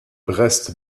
brest